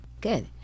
Good